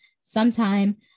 sometime